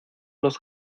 los